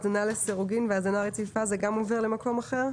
"הזנה לסירוגין" ו"הזנה רציפה" זה גם עובר למקום אחר?